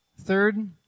Third